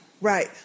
right